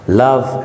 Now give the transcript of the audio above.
love